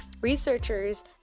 Researchers